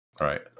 Right